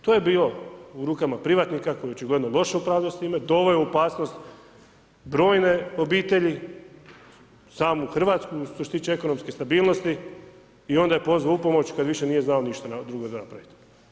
To je bilo u rukama privatnika koji je očigledno loše upravljao s time, doveo je u opasnost brojne obitelji, samu Hrvatsku što se tiče ekonomske stabilnosti i onda je pozvao u pomoć kad više nije znao ništa drugo napravit.